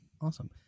Awesome